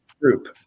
group